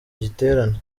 giterane